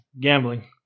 gambling